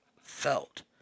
felt